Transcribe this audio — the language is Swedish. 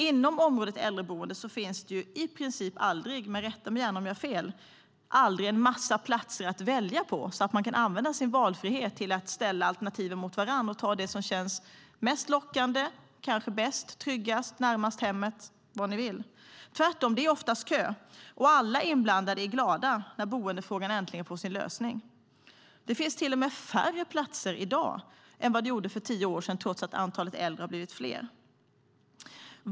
Inom området äldreboende finns det i princip aldrig - rätta mig gärna om jag har fel - en massa platser att välja mellan så att man kan använda sin valfrihet till att ställa alternativen mot varandra och ta det som känns mest lockande, kanske bäst, tryggast, närmast hemmet eller vad ni vill. Tvärtom är det oftast kö, och alla inblandade är glada när boendefrågan äntligen får sin lösning. Det finns till och med färre platser i dag än för tio år sedan trots att antalet äldre har blivit större.